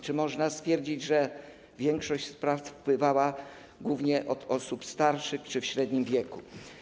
Czy można stwierdzić, że większość spraw wpływała głównie od osób starszych czy w średnim wieku?